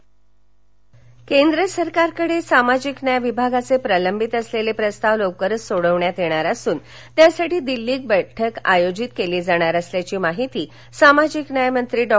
बैठक केंद्र सरकारकडे सामाजिक न्याय विभागाचे प्रलंबित असलेले प्रस्ताव लवकरच सोडवणार असून त्यासाठी दिल्लीत बैठक आयोजित केली जाणार असल्याची माहिती सामाजिक न्याय मंत्री डॉ